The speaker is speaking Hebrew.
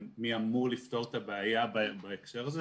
מי אמור לפתור את הבעיה בהקשר הזה?